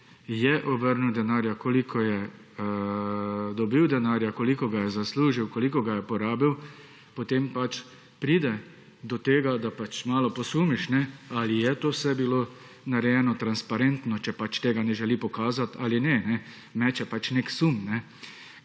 je obrnil denarja, koliko je dobil denarja, koliko ga je zaslužil, koliko ga je porabil, potem pač pride do tega, da pač malo posumiš ali je to vse bilo narejeno transparentno, če pač tega ne želi pokazati ali ne. Meče pač nek sum.